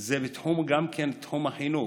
זה גם כן בתחום החינוך,